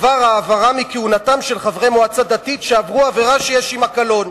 בדבר העברה מכהונתם של חברי מועצה דתית שעברו עבירה שיש עמה קלון.